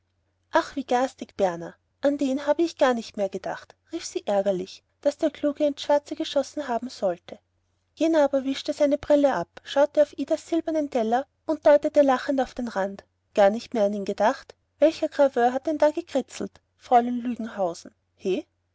bleichwangioso ach wie garstig berner an den habe ich gar nicht mehr gedacht rief sie ärgerlich daß der kluge ins schwarze geschossen haben sollte jener aber wischte seine brille ab schaute auf idas silbernen teller und deutete lachend auf den rand gar nicht mehr an ihn gedacht welcher graveur hat denn da gekritzelt fräulein lügenhausen he